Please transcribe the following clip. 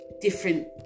different